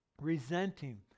Resenting